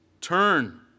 turn